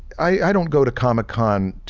i don't go to comic con,